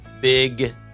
Big